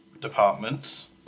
departments